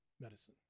medicine